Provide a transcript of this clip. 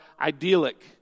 idyllic